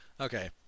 Okay